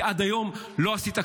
כי עד היום לא עשית כלום.